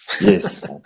yes